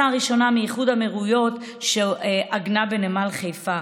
הראשונה מאיחוד האמירויות שעגנה בנמל חיפה,